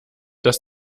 dass